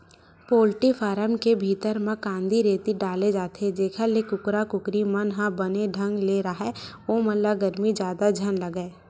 poultry farm के भीतरी म कांदी, रेती डाले जाथे जेखर ले कुकरा कुकरी मन ह बने ढंग ले राहय ओमन ल गरमी जादा झन लगय